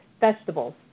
vegetables